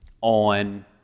on